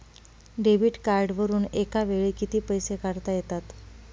Debit कार्डवरुन एका वेळी किती पैसे काढता येतात?